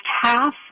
half